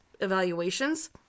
evaluations